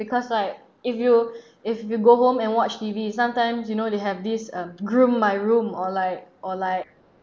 because like if you if you go home and watch T_V sometimes you know they have this uh groom my room or like or like